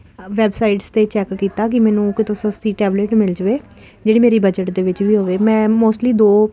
websites 'ਤੇ check ਕੀਤਾ ਕਿ ਮੈਨੂੰ ਕਿਤੋਂ ਸਸਤੀ ਟੈਬਲਟ ਮਿਲ ਜਾਵੇ ਜਿਹੜੀ ਮੇਰੀ ਬਜਟ ਦੇ ਵਿੱਚ ਵੀ ਹੋਵੇ ਮੈਂ ਮੋਸਟਲੀ ਦੋ